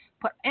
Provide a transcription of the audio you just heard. put